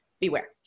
beware